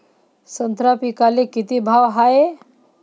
संत्रा पिकाले किती भाव हाये?